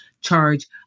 charge